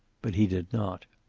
but he did not.